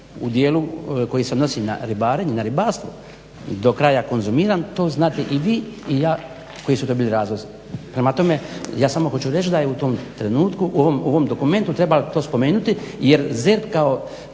u dijelu koji se odnosi na ribarenje, na ribarstvo do kraja konzumiran to znate i vi i ja koji su to bili razlozi. Prema tome, ja samo hoću reći da je u tom trenutku u ovom dokumentu trebalo to spomenuti jer ZERP kao